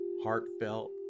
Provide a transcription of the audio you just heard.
heartfelt